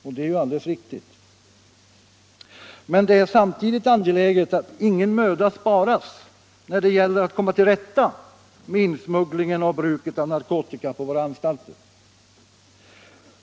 Detta är alldeles riktigt. Men det är samtidigt angeläget att ingen möda sparas när det gäller att komma till rätta med insmugglingen och bruket av narkotika på våra anstalter.